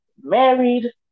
married